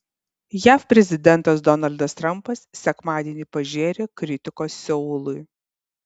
jav prezidentas donaldas trampas sekmadienį pažėrė kritikos seului